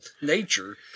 nature